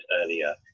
earlier